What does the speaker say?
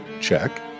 Check